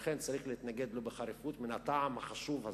לכן, צריך להתנגד לו בחריפות מן הטעם החשוב הזה.